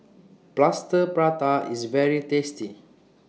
Plaster Prata IS very tasty